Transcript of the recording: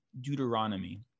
Deuteronomy